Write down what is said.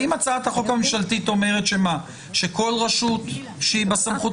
האם הצעת החוק הממשלתית אומרת שכל רשות שהיא בסמכות